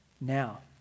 now